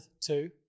two